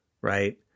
right